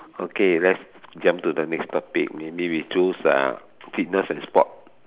okay let's jump to the next topic maybe we choose uh fitness and sport